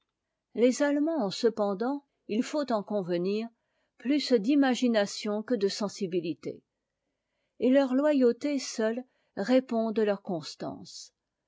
les allemands ont cependant il faut en convenir plus d'imagination que de sensibilité et leur loyauté seule répond de leur constance